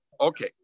Okay